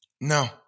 No